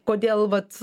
kodėl vat